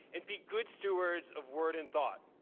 and be good stewards of word and thought.